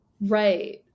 Right